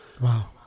Wow